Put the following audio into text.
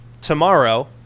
tomorrow